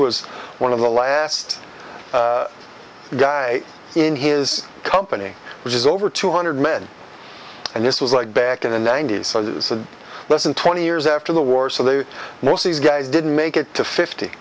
was one of the last guy in his company which is over two hundred men and this was like back in the ninety's less than twenty years after the war so the most these guys didn't make it to fifty